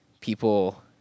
People